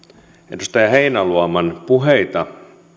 edustaja heinäluoman puheita